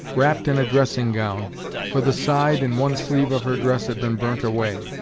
wrapped in a dressing-gown for the side and one sleeve of her dress had been burnt away.